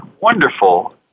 wonderful